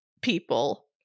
people